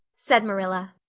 said marilla.